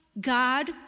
God